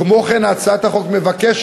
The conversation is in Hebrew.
כמו כן, הצעת החוק מבקשת